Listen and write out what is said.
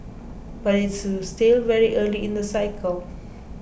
but it's still very early in the cycle